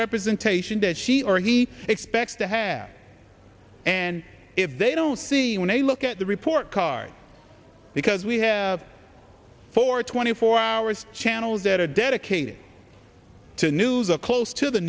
representation that she or he expects to have and if they don't see when i look at the report card because we have for twenty four hours channels that are dedicated to news a close to the